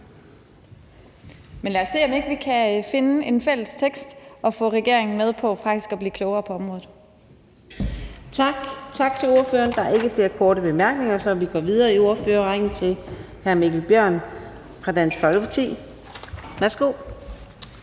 Men lad os se, om ikke vi kan finde en fælles tekst og få regeringen med på faktisk at blive klogere på området. Kl. 19:01 Fjerde næstformand (Karina Adsbøl): Tak til ordføreren. Der er ikke flere korte bemærkninger. Så vi går videre i ordførerrækken til hr. Mikkel Bjørn fra Dansk Folkeparti. Værsgo.